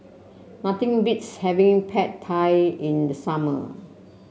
nothing beats having Pad Thai in the summer